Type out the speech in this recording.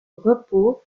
repos